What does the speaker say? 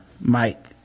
Mike